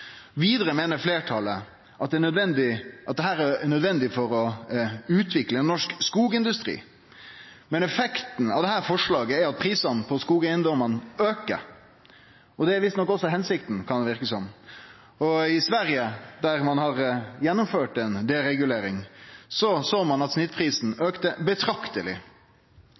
Vidare meiner fleirtalet at dette er nødvendig for å utvikle norsk skogindustri. Men effekten av dette forslaget er at prisane på skogeigedomane aukar. Det er visst også hensikta, kan det verke som. I Sverige, der ein har gjennomført ei deregulering, såg ein at snittprisen auka betrakteleg.